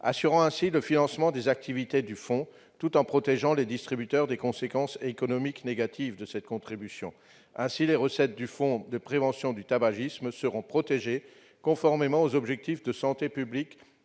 assurant ainsi le financement des activités du fonds, tout en protégeant les distributeurs des conséquences économiques négatives de cette contribution. Ainsi, les recettes du fonds de prévention du tabagisme seront protégées, conformément aux objectifs de santé publique